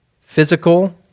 physical